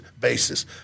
basis